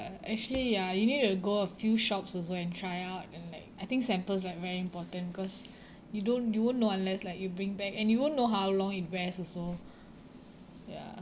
actually ya you need to go a few shops also and try out and like I think samples like very important because you don't you won't know unless like you bring back and you won't know how long it wears also ya